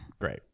Great